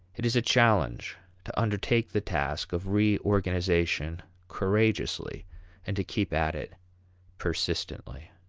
it is a challenge to undertake the task of reorganization courageously and to keep at it persistently.